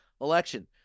election